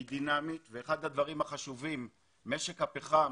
משק הפחם